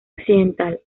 occidental